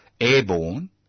airborne